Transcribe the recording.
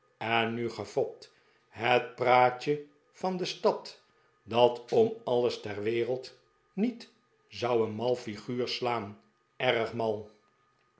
en nu gefopt het praatje van de stad dat om alles ter were id niet zou een mal figuur slaan erg mal